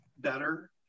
better